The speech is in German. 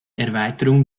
erweiterung